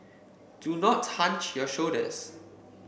do not hunch your shoulders